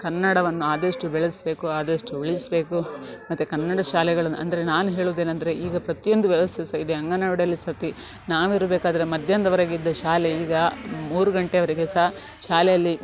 ಕನ್ನಡವನ್ನು ಆದಷ್ಟು ಬೆಳೆಸಬೇಕು ಆದಷ್ಟು ಉಳಿಸಬೇಕು ಮತ್ತು ಕನ್ನಡ ಶಾಲೆಗಳನ್ನು ಅಂದರೆ ನಾನು ಹೇಳೋದೇನಂದ್ರೆ ಈಗ ಪ್ರತಿಯೊಂದು ವ್ಯವಸ್ಥೆ ಸಹ ಇದೆ ಅಂಗನವಾಡಿಯಲ್ಲಿ ಸತಿ ನಾವಿರಬೇಕಾದ್ರೆ ಮಧ್ಯಾಹ್ನದವರೆಗೆ ಇದ್ದ ಶಾಲೆ ಈಗ ಮೂರು ಗಂಟೆಯವರೆಗೆ ಸಹ ಶಾಲೆಯಲ್ಲಿ